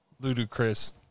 ludicrous